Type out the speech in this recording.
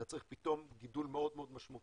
אתה צריך פתאום גידול מאוד מאוד משמעותי